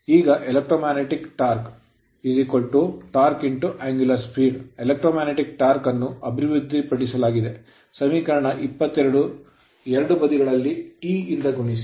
ಈಗ electromagnetic ವಿದ್ಯುತ್ಕಾಂತೀಯ torque torque ಶಕ್ತಿ torqueangular speed ಟಾರ್ಕ್ ಕೋನೀಯ ವೇಗ Electromagnetic torque ವಿದ್ಯುತ್ಕಾಂತೀಯ ಟಾರ್ಕ್ ಅನ್ನು ಅಭಿವೃದ್ಧಿಪಡಿಸಲಾಗಿದೆ ಸಮೀಕರಣ 22 ಎರಡೂ ಬದಿಗಳನ್ನು T ಇಂದ ಗುಣಿಸಿ